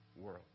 world